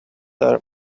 are